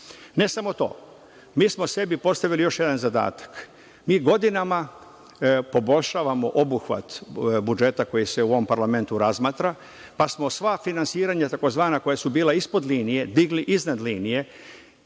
samo to, mi smo sebi postavili još jedan zadatak, mi godinama poboljšavamo obuhvat budžeta koji se u ovo parlamentu razmatra. Pa, smo sva finansiranja, takozvana koja su bila ispod linije digli iznad linije.